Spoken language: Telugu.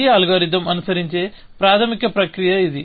ఈ అల్గోరిథం అనుసరించే ప్రాథమిక ప్రక్రియ ఇది